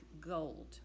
gold